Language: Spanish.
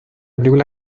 película